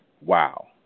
wow